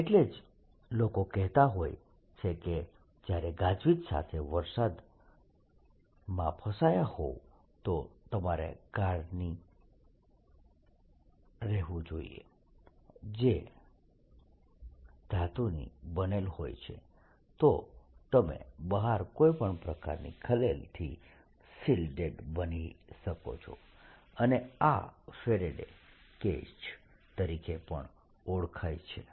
એટલે જ લોકો કહેતા હોય છે કે જ્યારે ગાજવીજ સાથેના વરસાદમાં ફસાયા હોવ તો તમારે કારની રહેવું જોઈએ જે ધાતુથી બનેલી હોય છે તો તમે બહારની કોઈ પણ પ્રકારની ખલેલથી શિલ્ડેડ બની શકો છો અને આ ફેરાડે કેજ faradays cage તરીકે પણ ઓળખાય છે